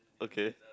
okay